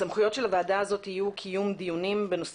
הסמכויות של הוועדה יהיו קיום דיונים בנושא